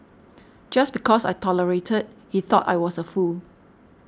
just because I tolerated he thought I was a fool